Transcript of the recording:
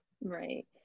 Right